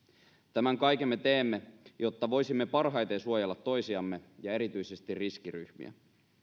tämän kaiken me teemme jotta voisimme parhaiten suojella toisiamme ja erityisesti riskiryhmiä